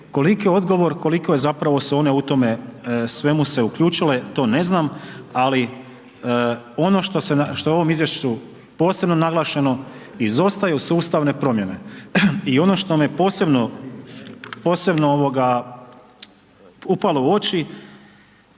da im je dopise, koliko zapravo su one u tome svemu se uključile, to ne znam, ali ono što je u ovom izvješću posebno naglašeno, izostaju sustavnu promjene i ono što me posebno upalo u oči